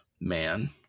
man